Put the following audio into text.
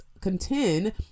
contend